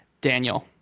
Daniel